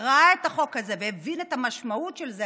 ראה את החוק הזה והבין את המשמעות של זה,